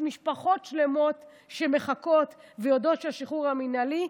כי יש משפחות שלמות שמחכות ויודעות שהשחרור המינהלי,